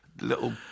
little